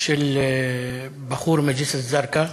של בחור מג'סר-א-זרקא.